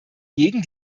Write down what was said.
gegen